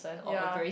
ya